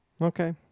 Okay